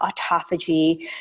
autophagy